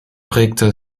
prägte